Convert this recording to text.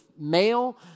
male